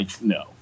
no